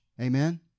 Amen